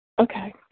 Okay